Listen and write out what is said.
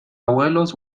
abuelos